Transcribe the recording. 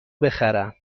بخرم